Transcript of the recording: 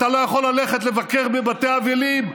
אתה לא יכול ללכת לבקר בבתי אבלים,